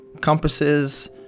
compasses